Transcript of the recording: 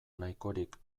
nahikorik